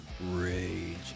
Rage